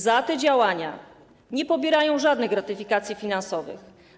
Za te działania nie pobierają żadnych gratyfikacji finansowych.